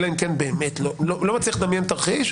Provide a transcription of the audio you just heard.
אני לא מצליח לדמיין תרחיש.